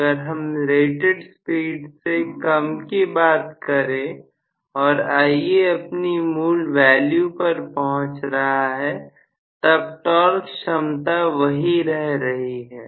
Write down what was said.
अगर हम rated speed से कम की बात करें और Ia अपनी मूल वैल्यू पर पहुंच रहा है तब टॉर्क क्षमता वहीं रह रही है